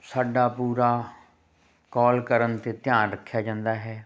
ਸਾਡਾ ਪੂਰਾ ਕਾਲ ਕਰਨ 'ਤੇ ਧਿਆਨ ਰੱਖਿਆ ਜਾਂਦਾ ਹੈ